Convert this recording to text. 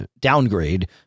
downgrade